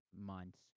months